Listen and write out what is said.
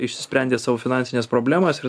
išsisprendė sau finansines problemas ir